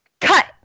cut